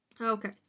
Okay